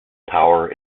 power